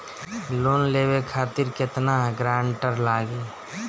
Loan लेवे खातिर केतना ग्रानटर लागी?